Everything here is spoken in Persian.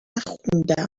نخوندم